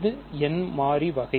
இது n மாறி வகை